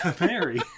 Mary